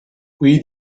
qui